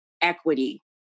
equity